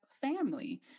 family